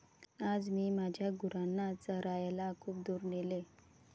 आज मी माझ्या गुरांना चरायला खूप दूर नेले